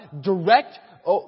direct